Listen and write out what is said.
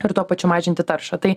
ir tuo pačiu mažinti taršą tai